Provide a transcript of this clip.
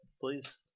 please